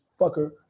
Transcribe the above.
fucker